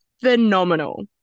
phenomenal